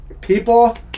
People